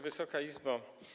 Wysoka Izbo!